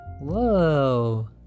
Whoa